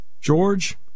George